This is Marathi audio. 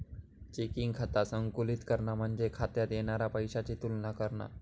चेकिंग खाता संतुलित करणा म्हणजे खात्यात येणारा पैशाची तुलना करणा